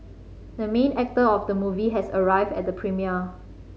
the main actor of the movie has arrived at the premiere